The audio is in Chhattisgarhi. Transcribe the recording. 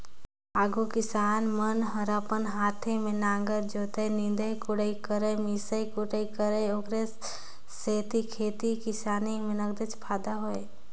आघु किसान मन हर अपने हाते में नांगर जोतय, निंदई कोड़ई करयए मिसई कुटई करय ओखरे सेती खेती किसानी में नगदेच फायदा होय